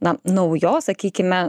na naujos sakykime